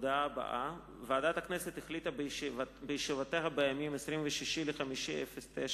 ההודעה הבאה: ועדת הכנסת החליטה בישיבותיה בימים 26 במאי 2009